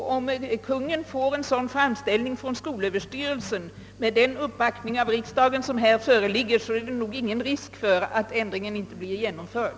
Får Kungl. Maj:t en sådan framställning från skolöverstyrelsen, med den uppbackning av riksdagen som här föreligger, så är det nog ingen risk för att ändringen inte blir genomförd.